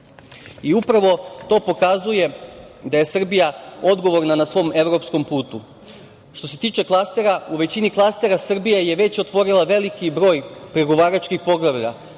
i upravo to pokazuje da je Srbija odgovorna na svom evropskom putu. Što se tiče klastera, u većini klastera Srbija je već otvorila veliki broj pregovaračkih poglavlja,